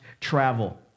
travel